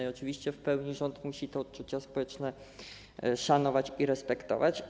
I oczywiście w pełni rząd musi te odczucia społeczne szanować i respektować.